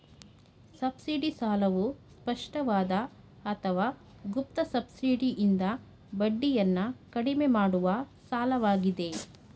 subsidy ಸಾಲವು ಸ್ಪಷ್ಟವಾದ ಅಥವಾ ಗುಪ್ತ ಸಬ್ಸಿಡಿಯಿಂದ ಬಡ್ಡಿಯನ್ನ ಕಡಿಮೆ ಮಾಡುವ ಸಾಲವಾಗಿದೆ